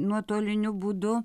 nuotoliniu būdu